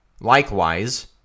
Likewise